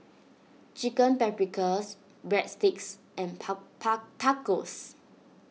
Chicken Paprikas Breadsticks and Tacos